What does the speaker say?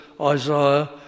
Isaiah